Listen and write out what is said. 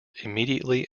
immediately